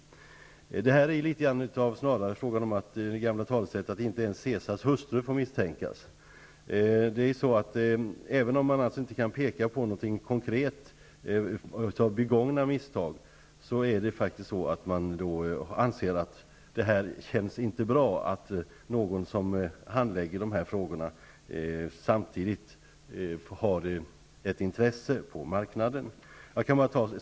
Det här påminner snarare om det gamla talesättet att Caesars hustru inte ens får misstänkas. Även om man inte konkret kan peka på något begånget misstag, anser man inte att det känns bra att den som handlägger dessa frågor samtidigt har intressen på marknaden.